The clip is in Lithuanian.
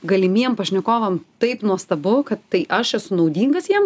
galimiem pašnekovam taip nuostabu kad tai aš esu naudingas jiem